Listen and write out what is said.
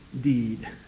deed